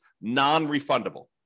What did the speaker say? non-refundable